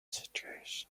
situation